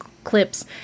clips